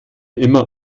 immer